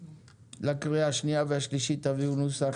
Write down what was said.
לקריאה השנייה והשלישית תביאו נוסח.